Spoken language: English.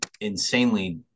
insanely